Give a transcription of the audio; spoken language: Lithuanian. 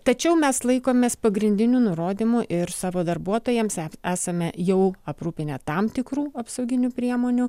tačiau mes laikomės pagrindinių nurodymų ir savo darbuotojams esame jau aprūpinę tam tikrų apsauginių priemonių